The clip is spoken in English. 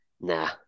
nah